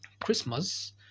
christmas